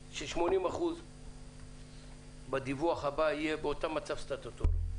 ש-80% בדיווח הבא יהיו באותו מצב סטטוטורי,